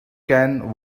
can